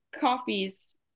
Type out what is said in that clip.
coffees